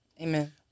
Amen